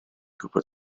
gwybod